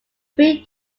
three